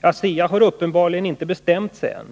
ASEA har uppenbarligen inte bestämt sig än.